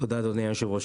תודה רבה אדוני היושב-ראש,